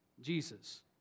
Jesus